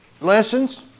lessons